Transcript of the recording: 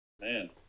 Man